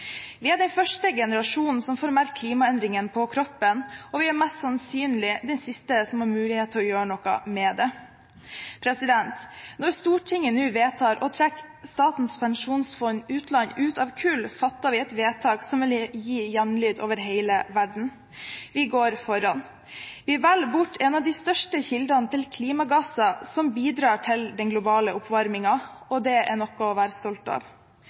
Vi er den første generasjonen som får merke klimaendringene på kroppen, og vi er mest sannsynlig den siste som har mulighet til å gjøre noe med det. Når Stortinget nå vedtar å trekke Statens pensjonsfond utland ut av kull, fatter vi et vedtak som vil gi gjenlyd over hele verden. Vi går foran. Vi velger bort en av de største kildene til klimagasser som bidrar til den globale oppvarmingen, og det er noe å være stolt av.